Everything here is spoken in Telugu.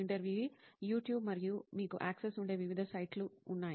ఇంటర్వ్యూఈ యూట్యూబ్ మరియు మీకు యాక్సెస్ ఉండే వివిధ సైట్లు ఉన్నాయి